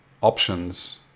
options